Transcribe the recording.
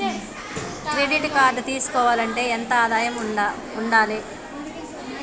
Credit card తీసుకోవాలంటే ఎంత ఆదాయం ఉండాలే?